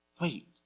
Wait